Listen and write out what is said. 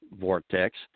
vortex